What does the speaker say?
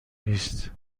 نیست